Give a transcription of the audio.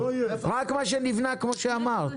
רק מה שנבנה כמו שאמרת.